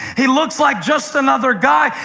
he looks like just another guy.